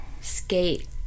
skate